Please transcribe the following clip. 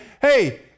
hey